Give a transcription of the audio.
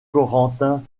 corentin